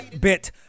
bit